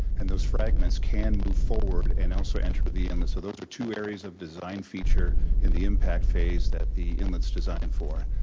and those fragments can move forward and also enter but the and inlet, so those are two areas of design feature in the impact phase that the inlet's designed for.